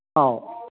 ꯑꯧ